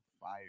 Fire